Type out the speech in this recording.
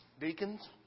deacons